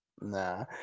nah